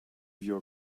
your